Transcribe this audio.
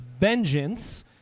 Vengeance